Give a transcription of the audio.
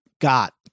got